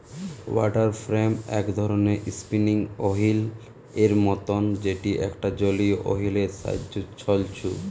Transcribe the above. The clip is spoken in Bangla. ওয়াটার ফ্রেম এক ধরণের স্পিনিং ওহীল এর মতন যেটি একটা জলীয় ওহীল এর সাহায্যে ছলছু